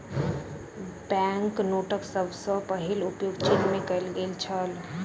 bank नोटक सभ सॅ पहिल उपयोग चीन में कएल गेल छल